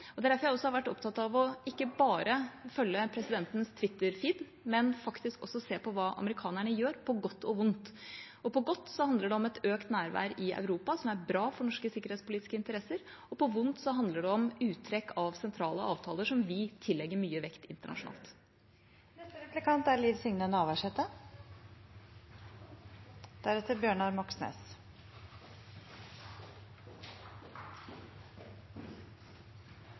derfor jeg har vært opptatt av ikke bare å følge presidentens Twitter-feed, men også se på hva amerikanerne gjør, på godt og vondt. På godt handler det om et økt nærvær i Europa, som er bra for norske sikkerhetspolitiske interesser, på vondt handler det om uttrekk av sentrale avtaler som vi tillegger mye vekt internasjonalt. I dagens debatt er